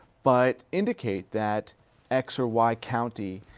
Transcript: but indicate that x or y county,